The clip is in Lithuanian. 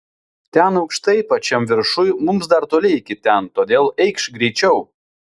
ten aukštai pačiam viršuj mums dar toli iki ten todėl eikš greičiau